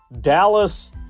Dallas